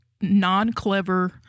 non-clever